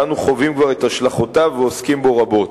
שאנו כבר חווים את השלכותיו ועוסקים בו רבות.